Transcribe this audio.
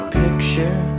picture